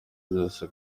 byose